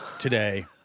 today